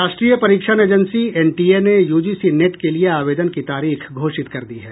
राष्ट्रीय परीक्षण agency NTA ने यूजीसी नेट के लिए आवेदन की तारीख घोषित कर दी है